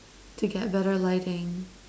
to get better lighting